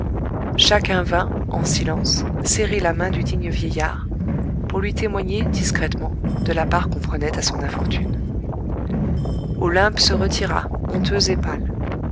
chacun vint en silence serrer la main du digne vieillard pour lui témoigner discrètement de la part qu'on prenait à son infortune olympe se retira honteuse